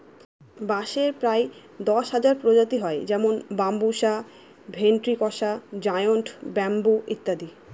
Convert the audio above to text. বাঁশের প্রায় দশ হাজার প্রজাতি হয় যেমন বাম্বুসা ভেন্ট্রিকসা জায়ন্ট ব্যাম্বু ইত্যাদি